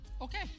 Okay